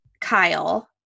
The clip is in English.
Kyle